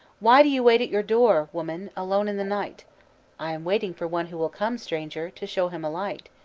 why do you wait at your door, woman, alone in the night i am waiting for one who will come, stranger, to show him a light.